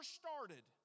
started